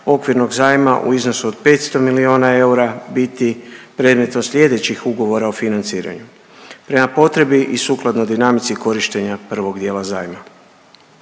okvirnog zajma u iznosu od 500 milijuna eura biti predmet sljedećih ugovora o financiranju prema potrebi i sukladno dinamici korištenja prvog dijela zajma.